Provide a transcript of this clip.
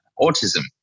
autism